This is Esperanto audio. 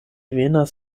venas